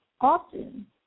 Often